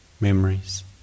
memories